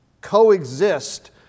coexist